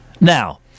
Now